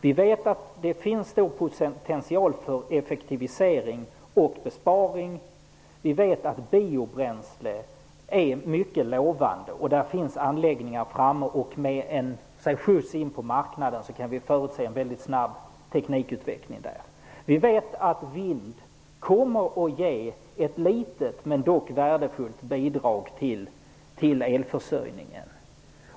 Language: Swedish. Vi vet att det finns en potential för effektivisering och besparing. Vi vet att biobränsle är ett mycket lovande material. Det finns anläggningar, och med en skjuts in på marknaden kan vi förutse en snabb utveckling av tekniken. Vi vet att vind kommer att ge ett litet, men dock värdefullt, bidrag till elförsörjning.